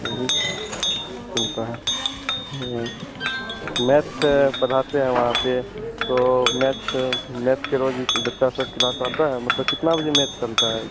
यही चलता है मैथ पढ़ाते हैं वहाँ पर तो मैथ मैथ के रोज़ बच्चा सब क्लास आता है मतलब कितना बजे मैथ चलता है